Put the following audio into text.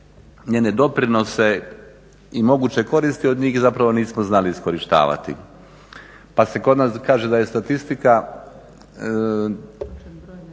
njene doprinose i moguće koristi od njih zapravo nismo znali iskorištavati. Pa se kod nas kaže da je statistika